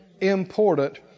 important